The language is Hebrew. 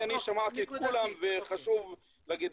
כי אני שמעתי את כולם וחשוב להגיד.